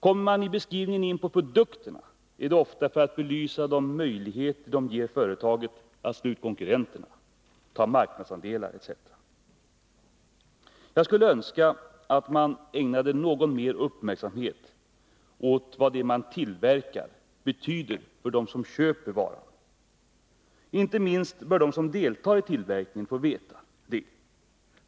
Kommer man i beskrivningen in på produkterna är det ofta för att belysa de möjligheter de ger företaget att slå ut konkurrenterna, ta marknadsandelar etc. Jag skulle önska att man ägnade något mer uppmärksamhet åt vad det som man tillverkar betyder för dem som köper varan. Inte minst bör de som deltar i tillverkningen få veta det.